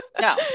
no